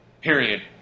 Period